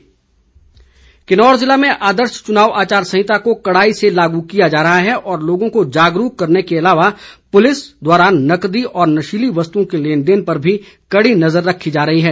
SP Kinnaur Kinnaur जिला में आर्दश चुनाव आचार सहिता को कड़ाई से लागू किया जा रहा है और लोगों को जागरूक करने के अलावा पुलिस द्वारा नकदी और नशीली वस्तुओं के लेने देन पर भी कड़ी नजर रखी जा रही है